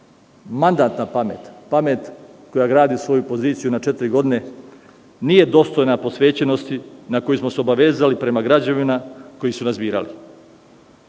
Mandat na pamet, pamet koja gradi svoju poziciju na četiri godine nije dostojna posvećenosti na koju smo se obavezali prema građanima koji su nas birali.